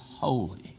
holy